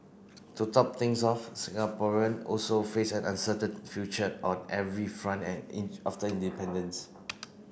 to top things off Singaporean also faced an uncertain future on every front after independence